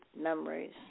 memories